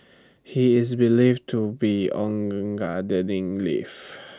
he is believed to be on gardening leave